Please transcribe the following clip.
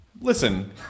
Listen